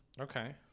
Okay